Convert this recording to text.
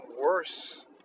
worse